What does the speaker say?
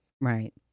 Right